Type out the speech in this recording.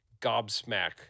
gobsmack